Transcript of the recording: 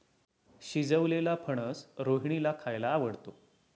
शिजवलेलेला फणस रोहिणीला खायला आवडतो